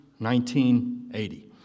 1980